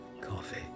Coffee